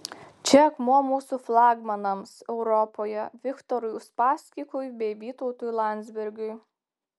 čia akmuo mūsų flagmanams europoje viktorui uspaskichui bei vytautui landsbergiui